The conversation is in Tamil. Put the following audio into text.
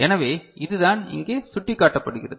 எனவே இதுதான் இங்கே சுட்டிக்காட்டப்படுகிறது